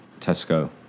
Tesco